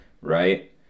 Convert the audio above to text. right